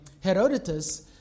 Herodotus